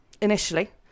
initially